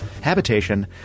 Habitation